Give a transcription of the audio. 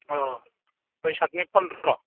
ओ बैसाखनि फन्द्र'